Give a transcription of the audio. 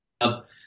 up